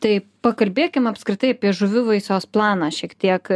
tai pakalbėkim apskritai apie žuvivaisos planą šiek tiek